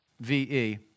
V-E